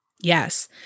Yes